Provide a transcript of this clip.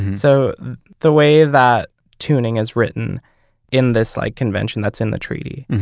and so the way that tuning is written in this like convention that's in the treaty,